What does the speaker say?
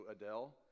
adele